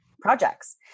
projects